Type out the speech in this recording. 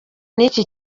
n’iki